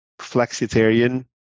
flexitarian